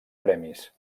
premis